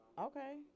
Okay